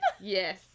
yes